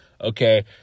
okay